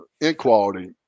inequality